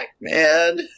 man